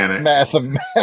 Mathematics